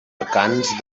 vacants